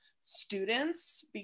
students